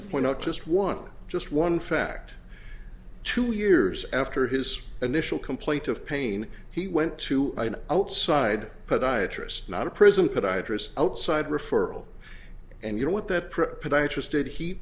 to point out just one just one fact two years after his initial complaint of pain he went to an outside podiatrist not a prison podiatrist outside referral and you know what that